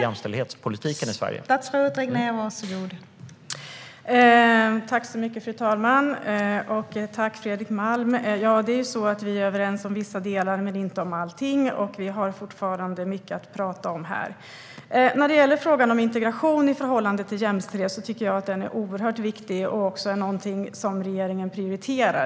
Fru talman! Vi är överens om vissa delar men inte om allting, och vi har fortfarande mycket att tala om här. När det gäller frågan om integration i förhållande till jämställdhet tycker jag att den är oerhört viktig, och det är någonting regeringen prioriterar.